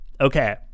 okay